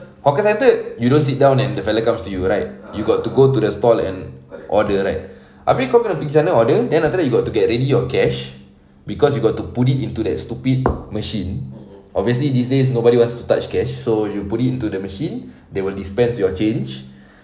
hawker centre you don't sit down and the fella comes to you right you got to go to the stall and order like abeh kau kena pergi sana order then after that you got to get ready your cash cause you got to put it into that stupid machine obviously these days nobody wants to touch cash so you put it into the machine they will dispense your change